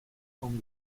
con